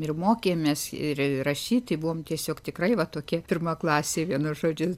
ir mokėmės ir rašyti buvom tiesiog tikrai va tokie pirmaklasiai vienu žodžiu